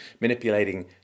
manipulating